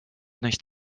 nicht